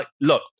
look